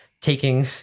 taking